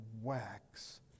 wax